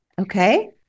Okay